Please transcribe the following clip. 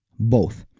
both.